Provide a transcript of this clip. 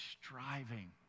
striving